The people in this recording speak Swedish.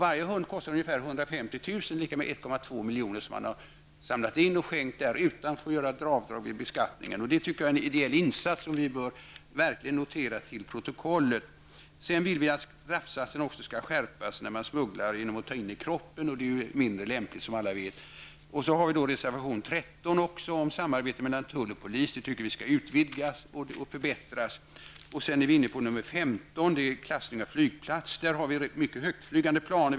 Varje hund kostar ungefär 150 000 kr., vilket innebär att man har samlat in och skänkt 1,2 milj.kr. utan att få göra avdrag för det i beskattningen. Det är en ideell insats som verkligen bör noteras till protokollet. Vi vill vidare att straffsatsen skall skärpas för smuggling av narkotika som tas in i kroppen, vilket, som alla vet, är mindre lämpligt. I reservation 13 förespråkar vi en utvidgning och förbättring av samarbetet mellan tull och polis. Reservation nr 15 handlar om klassningen av flygplatser, och där för vi fram mycket högtflygande planer.